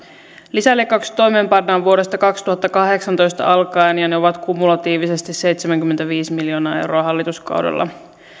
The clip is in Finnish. lisäleikkaukset toimeenpannaan vuodesta kaksituhattakahdeksantoista alkaen ja ne ovat kumulatiivisesti seitsemänkymmentäviisi miljoonaa euroa hallituskaudella päätös